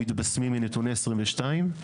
מתבשמים מנתוני 2022,